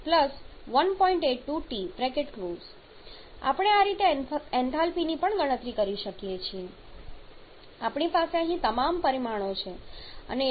82T આપણે આ રીતે એન્થાલ્પીની પણ ગણતરી કરી શકીએ છીએ